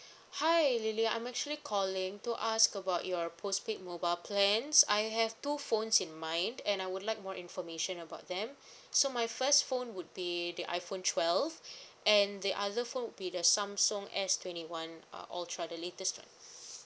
hi lily I'm actually calling to ask about your postpaid mobile plans I have two phones in mind and I would like more information about them so my first phone would be the iphone twelve and the other phone would be the samsung S twenty one uh all two are the latest [one]